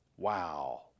Wow